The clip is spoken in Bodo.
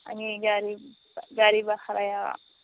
आंनि गारि गारि भाराया